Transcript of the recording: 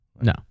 No